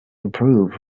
improve